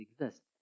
exist